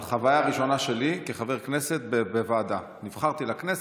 חוויה ראשונה שלי כחבר כנסת בוועדה: נבחרתי לכנסת,